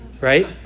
right